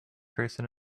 person